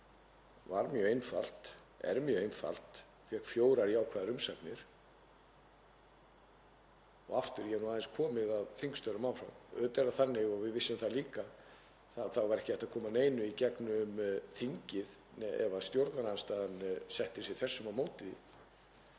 var mjög einfalt, er mjög einfalt, fékk fjórar jákvæðar umsagnir. Og aftur: Ég hef nú aðeins komið að þingstörfum áður. Auðvitað er það þannig og við vissum það líka að það var ekki hægt að koma neinu í gegnum þingið ef stjórnarandstaðan setti sig þversum á móti því